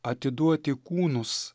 atiduoti kūnus